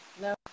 No